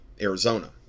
arizona